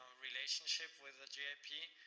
relationship with the gip,